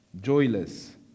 joyless